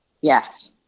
Yes